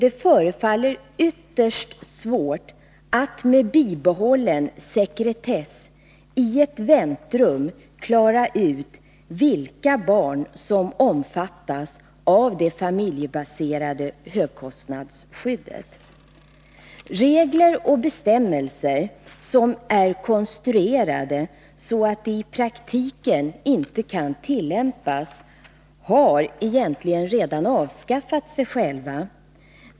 Det förefaller ytterst svårt att med bibehållande sekretess i ett väntrum klara ut vilka barn som omfattas av det familjebaserade högkostnadsskyddet. Regler och bestämmelser som är konstruerade så, att de i praktiken inte kan tillämpas har nämligen redan avskaffat sig själva.